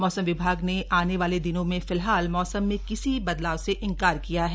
मौसम विभाग ने आने वाले दिनों में फिलहाल मौसम में किसी बदलाव से इनकार किया है